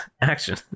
Action